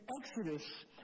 Exodus